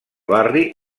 barri